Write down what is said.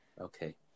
Okay